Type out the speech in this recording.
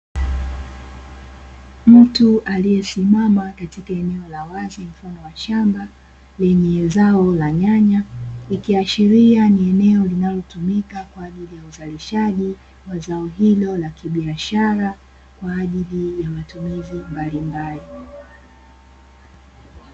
Mtu aliyesimama katika eneo la wazi mfano wa shamba lenye zao la nyanya, likiashiria ni eneo linalotumika kwaajili ya uzalishaji wa zao hilo la kibiashara kwaajili ya matumizi mbalimbali.